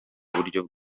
uburyo